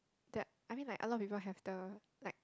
that I mean like a lot of people have the like